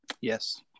Yes